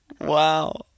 Wow